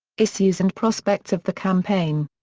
issues and prospects of the campaign.